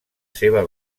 seva